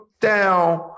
down